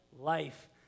life